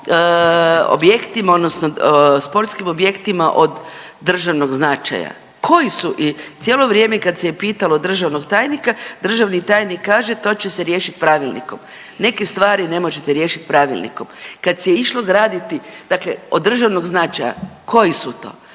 o objektima odnosno sportskim objektima od državnog značaja. Koji su i cijelo vrijeme kad se je pitalo državnog tajnika, državni tajnik kaže to će se riješit pravilnikom, neke stvari ne možete riješit pravilnikom. Kad se išlo graditi, dakle od državnog značaja koji su to,